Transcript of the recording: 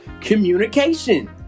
communication